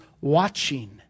watching